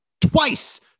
twice